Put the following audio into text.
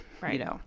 Right